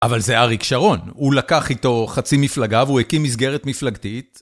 אבל זה אריק שרון, הוא לקח איתו חצי מפלגה והוא הקים מסגרת מפלגתית